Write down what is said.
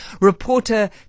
reporter